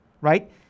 right